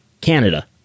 Canada